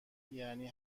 یعنی